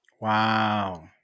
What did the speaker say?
Wow